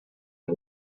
and